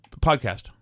podcast